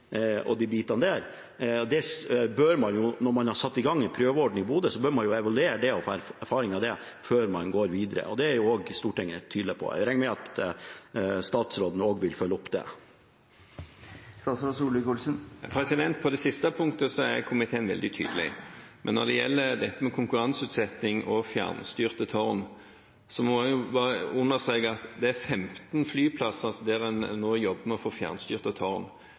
og de bitene der – bør man se på. Når man har satt i gang en prøveordning i Bodø, bør man evaluere erfaringene fra den før man går videre. Det er Stortinget tydelig på. Jeg regner med at statsråden også vil følge opp det. På det siste punktet er komiteen veldig tydelig. Men når det gjelder dette med konkurranseutsetting og fjernstyrte tårn, må jeg bare understreke at det er 15 flyplasser der en nå jobber med å få fjernstyrte tårn.